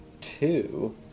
Two